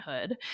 Hood